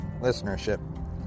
listenership